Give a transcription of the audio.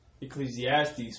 Ecclesiastes